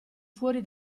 fuori